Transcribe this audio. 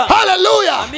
Hallelujah